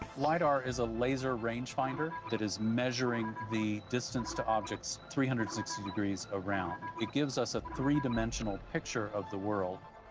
lidar is a laser range finder that is measuring the distance to objects three hundred and sixty degrees around. it gives us a three-dimensional picture of the world.